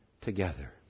together